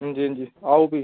हांजी हांजी आओ भी